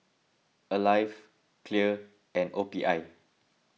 Alive Clear and O P I